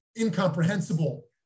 incomprehensible